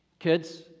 Kids